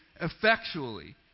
effectually